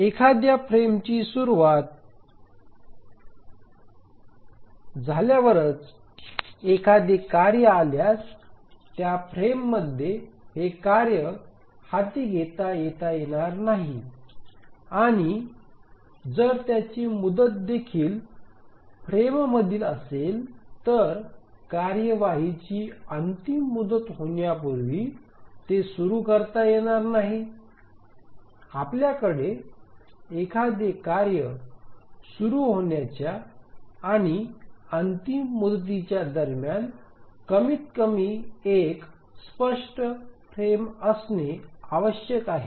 एखाद्या फ्रेमची सुरूवात झाल्यावरच एखादे कार्य आल्यास त्या फ्रेममध्ये हे कार्य हाती घेता येणार नाही आणि जर त्याची मुदतदेखील फ्रेममधील असेल तर कार्यवाहीची अंतिम मुदत होण्यापूर्वी ते सुरू करता येणार नाही आपल्याकडे एखादे कार्य सुरू होण्याच्या आणि अंतिम मुदतीच्या दरम्यान कमीतकमी एक स्पष्ट फ्रेम असणे आवश्यक आहे